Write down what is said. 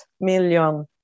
million